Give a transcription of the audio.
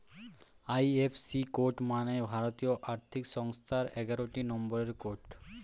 IFC code মানে ভারতীয় আর্থিক ব্যবস্থার এগারোটি নম্বরের কোড